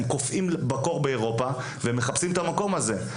הם קופאים בקור באירופה ומחפשים את המקום הזה.